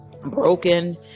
broken